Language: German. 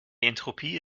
entropie